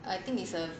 I think it's a